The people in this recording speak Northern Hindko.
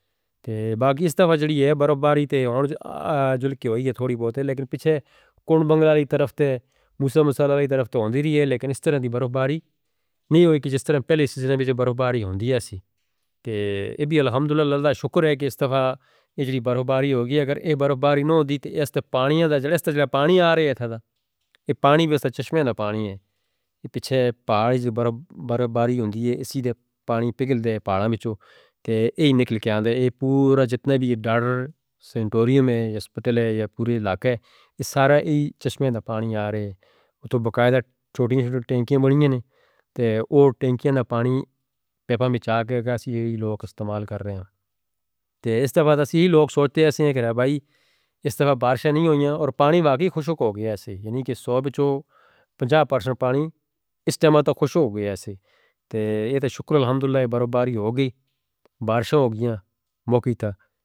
باقی سارا جڑی ہے برفباری تے ہور جڑکے ہوئی ہے تھوڑی بہت ہے لیکن پچھے کنڈ بنگلہ دی طرف تے موسیٰ مسلح دی طرف توں آندی رہی ہے لیکن اس طرح دی برفباری نہیں ہوئی کہ جس طرح پہلے سیزنہ بھی برفباری ہوندی ہے سی کہ ای بھی الحمدللہ شکر ہے کہ اس دفعہ جڑی برفباری ہو گئی۔ اگر ای برفباری نہ ہندی تے اس دفعہ پانی آ رہے اتھا دا ای پانی بھی اس چشمی دا پانی ہے۔ پچھے پہاڑ جڑی برفباری ہوندی ہے اسی دے پانی پگل دے پہاڑاں وچوں تے ای نکل کے آندے۔ پورا جتنا بھی ڈرڑ سنٹوریوم ہے یا سپٹل ہے یا پورے علاقے اس سارا ای چشمی دا پانی آ رہے اتھوں بقاعدہ ٹوٹنگ ٹینکیاں بنی ہیں تے اوہ ٹینکیاں دا پانی پے پا میں چاکے ایسا لوگ استعمال کر رہے ہیں۔ اس دفعہ تسیح لوگ سوچتے ہیں کہ اس دفعہ بارشہ نہیں ہویاں اور پانی واقعی خوشک ہو گیا ہے سی یعنی کہ سو بچو پنچا پرسنٹ پانی اس ٹائمہ توں خوشک ہو گیا ہے سی تے ای تے شکر الحمدللہ برابری ہو گئی بارشہ ہو گیاں مکھی تا.